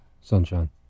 sunshine